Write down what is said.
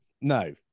No